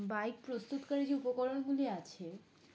bike প্রস্তুতকারী যে উপকরণগুলি আছে